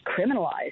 criminalized